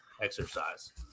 exercise